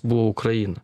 buvo ukraina